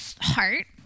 heart